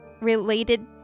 Related